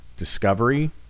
discovery